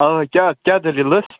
اۭں کیٛاہ کیٛاہ دٔلیٖل ٲس